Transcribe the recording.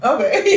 Okay